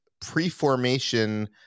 pre-formation